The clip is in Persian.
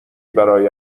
برای